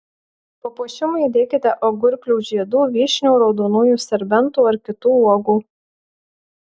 papuošimui įdėkite agurklių žiedų vyšnių raudonųjų serbentų ar kitų uogų